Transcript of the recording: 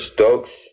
Stokes